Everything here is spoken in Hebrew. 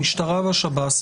המשטרה והשב"ס,